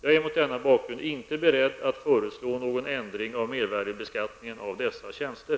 Jag är mot denna bakgrund inte beredd att föreslå någon ändring av mervärdesbeskattningen av dessa tjänster.